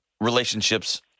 relationships